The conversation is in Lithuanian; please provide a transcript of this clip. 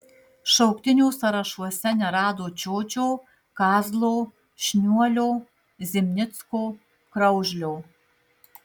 šauktinių sąrašuose nerado čiočio kazlo šniuolio zimnicko kraužlio